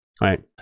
right